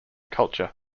culture